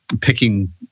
picking